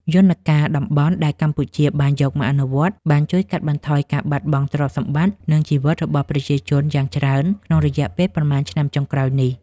យន្តការតំបន់ដែលកម្ពុជាបានយកមកអនុវត្ត បានជួយកាត់បន្ថយការបាត់បង់ទ្រព្យសម្បត្តិ និងជីវិតរបស់ប្រជាជនយ៉ាងច្រើនក្នុងរយៈពេលប៉ុន្មានឆ្នាំចុងក្រោយនេះ។